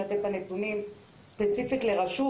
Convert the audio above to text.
אולי הן יכולות לתת את הנתונים ספציפית לרשות,